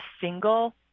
single